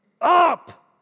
up